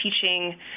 teaching